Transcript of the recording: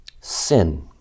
Sin